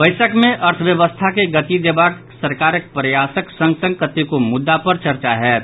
बैसक मे अर्थव्यवस्था के गति देबाक सरकारक प्रयासक संग संग कतेको मुद्दा पर चर्चा होएत